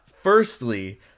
firstly